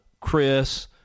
Chris